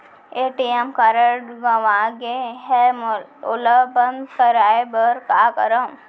ATM card गंवा गे है ओला बंद कराये बर का करंव?